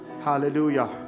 Hallelujah